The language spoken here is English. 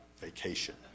vacation